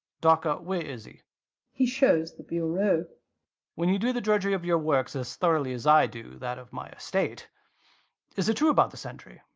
dawker where is he he shows the bureau when you do the drudgery of your works as thoroughly as i do that of my estate is it true about the centry?